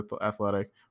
athletic